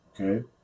Okay